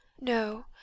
No